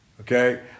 okay